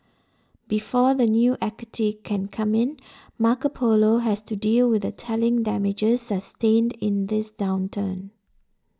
before the new equity can come in Marco Polo has to deal with the telling damages sustained in this downturn